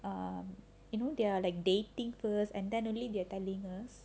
um you know they're like dating first and then only they are telling us